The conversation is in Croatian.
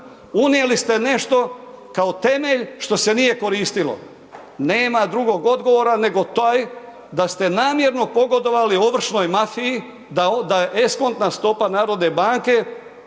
Unijeli ste nešto kao temelj što se nije koristilo. Nema drugog odgovora nego taj da ste namjerno pogodovali ovršnoj mafiji da eskontna stopa narodne banke